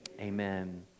amen